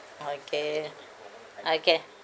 okay okay